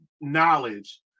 knowledge